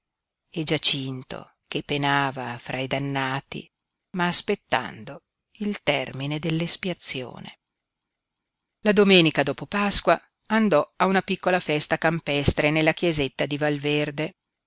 e giacinto che penava fra i dannati ma aspettando il termine dell'espiazione la domenica dopo pasqua andò a una piccola festa campestre nella chiesetta di valverde